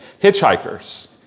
hitchhikers